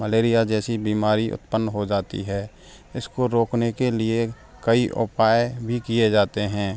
malaria जैसी बीमारी उत्पन्न हो जाती है इसको रोकने के लिए कई उपाय भी किए जाते हैं